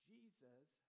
Jesus